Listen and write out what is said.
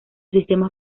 sistemas